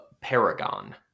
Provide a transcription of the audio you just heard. Paragon